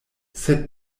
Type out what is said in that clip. sed